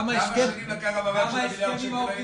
כמה שנים לקח עד שהגיעו למיליארד השקלים הללו?